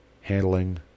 handling